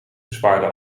bespaarde